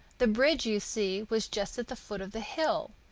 the bridge, you see, was just at the foot of the hill,